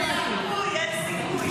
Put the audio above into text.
אין סיכוי.